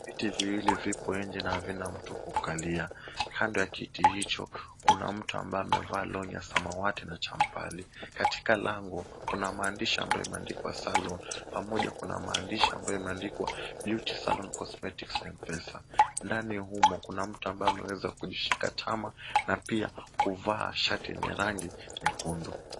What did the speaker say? Viti viwili vipo nje na havina mtu kukalia. Kando ya kiti hicho, kuna mtu ambaye amevaa long'i ya samawati na champali. Katika lango kuna maandishi ambayo imeandikwa salon . Pamoja kuna mandishi ambayo imeandikwa beauty salon cosmetics M-Pesa. Ndani humo kuna mtu ambaye ameweza kujishika tama na pia kuvaa shati yenye rangi nyekundu.